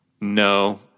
No